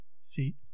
See